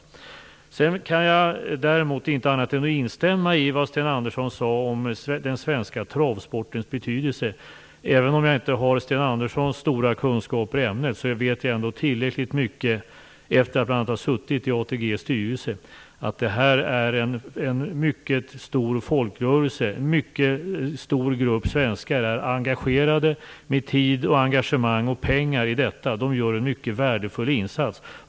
Däremot kan jag inte annat än instämma i vad Sten Andersson sade om den svenska travsportens betydelse. Även om jag inte har Sten Anderssons goda kunskaper i ämnet vet jag ändå tillräckligt mycket, efter att bl.a. ha suttit i ATG:s styrelse. Jag vet att detta är en mycket stor folkrörelse och att en stor grupp svenskar är engagerade i detta. De satsar tid, engagemang och pengar och gör en mycket värdefull insats.